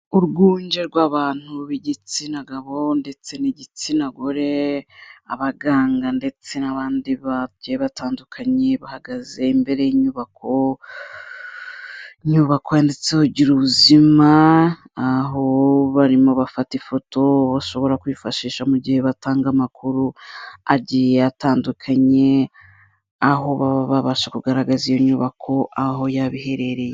Urwunge rw'abantu b'igitsina gabo ndetse n'igitsina gore, abaganga ndetse n'abandi bagiye batandukanye, bahagaze imbere y'inyubako, inyubako yanditse gira ubuzima, aho barimo bafata ifoto bashobora kwifashisha mu gihe batanga amakuru agiye atandukanye, aho baba babasha kugaragaza iyo nyubako aho yaba iherereye.